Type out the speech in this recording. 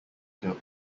built